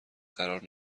قرار